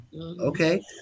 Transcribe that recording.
okay